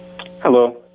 Hello